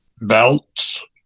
Belts